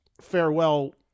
farewell